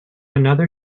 another